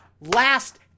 last